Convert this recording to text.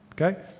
Okay